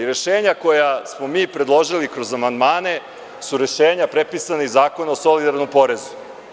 Rešenja koja smo mi predložili kroz amandmane su rešenja prepisana iz Zakona o solidarnom porezu.